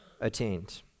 attained